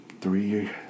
three